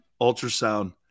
ultrasound